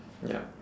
ya